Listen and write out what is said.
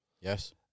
Yes